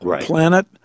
planet